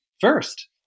first